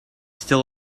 still